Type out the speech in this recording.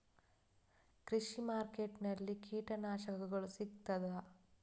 ಕೃಷಿಮಾರ್ಕೆಟ್ ನಲ್ಲಿ ಕೀಟನಾಶಕಗಳು ಸಿಗ್ತದಾ?